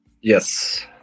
yes